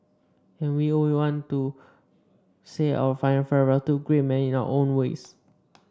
and we all want to say our final farewell to a great man in our own ways